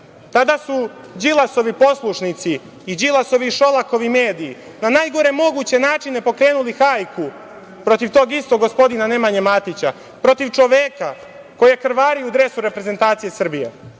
Tada su Đilasovi poslušnici i Đilasovi i Šolakovi mediji na najgore moguće načine pokrenuli hajku protiv tog istog gospodina Nemanje Matića, protiv čoveka koji je krvario u dresu reprezentacije Srbije,